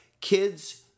Kids